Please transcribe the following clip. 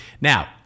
Now